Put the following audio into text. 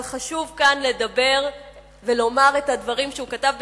אבל חשוב כאן לדבר ולומר את הדברים שהוא כתב בספרו,